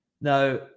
Now